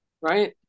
Right